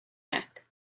neck